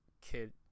kid